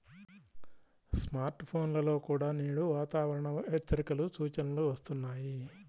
smart ఫోన్లలో కూడా నేడు వాతావరణ హెచ్చరికల సూచనలు వస్తున్నాయి